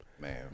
Man